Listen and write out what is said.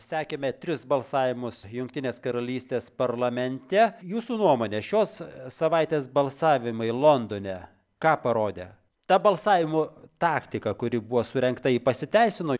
sekėme tris balsavimus jungtinės karalystės parlamente jūsų nuomone šios savaitės balsavimai londone ką parodė ta balsavimo taktika kuri buvo surengta ji pasiteisino